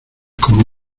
como